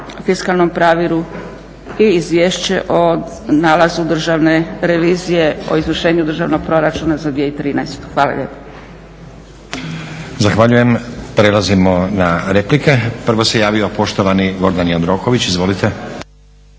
fiskalnom pravilu i Izvješće o nalazu Državne revizije o izvršenju Državnog proračuna za 2013. Hvala lijepa. **Stazić, Nenad (SDP)** Zahvaljujem. Prelazimo na replike. Prvo se javio poštovani Gordan Jandroković. Izvolite.